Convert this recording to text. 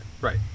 Right